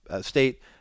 state